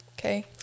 Okay